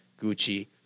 Gucci